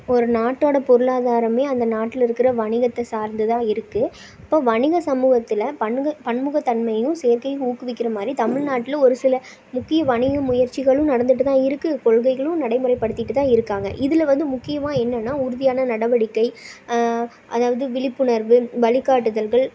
ஒரு நாட்டோட பொருளாதாரமே அந்த நாட்டில் இருக்கிற வணிகத்தை சார்ந்துதான் இருக்கு இப்போ வணிக சமூகத்தில் பன்முக பன்முகத்தன்மையும் சேர்த்தே ஊக்குவிக்கிறமாதிரி தமிழ்நாட்டில் ஒரு சில முக்கிய வணிக முயற்சிகளும் நடந்துகிட்டுதான் இருக்கு கொள்ககைகளும் நடைமுறைப்படுத்திகிட்டுதான் இருக்காங்க இதில் வந்து முக்கியமாக என்னன்னா உறுதியான நடவடிக்கை அதாவது விழிப்புணர்வு வழிகாட்டுதல்கள்